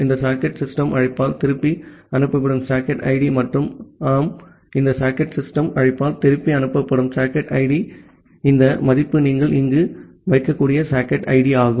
இந்த socket system அழைப்பால் திருப்பி அனுப்பப்படும் சாக்கெட் ஐடி மற்றும் ஆமாம் இந்த சாக்கெட் சிஸ்டம் அழைப்பால் திருப்பி அனுப்பப்படும் சாக்கெட் ஐடி ஆகவே இந்த மதிப்பு நீங்கள் இங்கு வைக்கக்கூடிய சாக்கெட் ஐடி ஆகும்